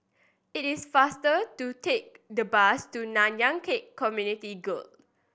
it is faster to take the bus to Nanyang Khek Community Guild